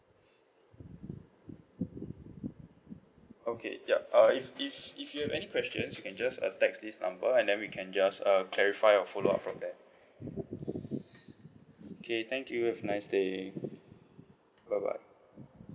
okay yup uh if if if you have any questions you can just uh text this number and then we can just uh clarify or follow up from there okay thank you have a nice day bye bye